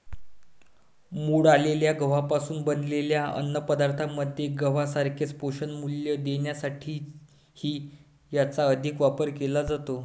मोड आलेल्या गव्हापासून बनवलेल्या अन्नपदार्थांमध्ये गव्हासारखेच पोषणमूल्य देण्यासाठीही याचा अधिक वापर केला जातो